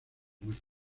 muerte